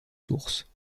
sources